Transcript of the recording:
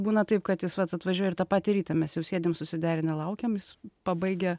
būna taip kad jis vat atvažiuoja ir tą patį rytą mes jau sėdim susiderinę laukiam jis pabaigia